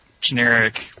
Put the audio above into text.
generic